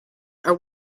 are